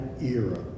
era